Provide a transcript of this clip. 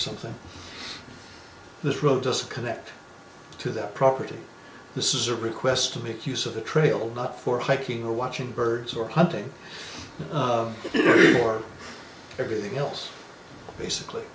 something this road just connect to their property this is a request to make use of the trail not for hiking or watching birds or hunting or everything else basically